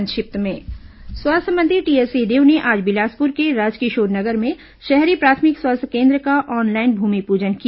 संक्षिप्त समाचार स्वास्थ्य मंत्री टीएस सिंहदेव ने आज बिलासपुर के राजकिशोर नगर में शहरी प्राथमिक स्वास्थ्य केन्द्र का ऑनलाइन भूमिपूजन किया